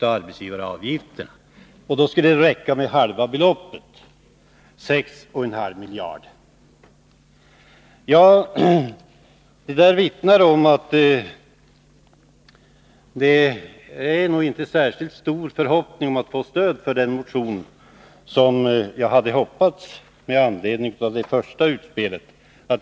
Det skulle räcka med halva beloppet, 6,5 miljarder kronor. Detta vittnar om att det inte finns särskilt stor anledning att hoppas på ett stöd för motionen. Ett sådant hade jag ju hoppats på, efter det första utspelet.